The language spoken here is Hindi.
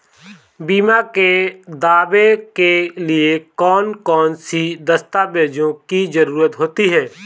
बीमा के दावे के लिए कौन कौन सी दस्तावेजों की जरूरत होती है?